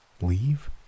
leave